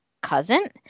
Cousin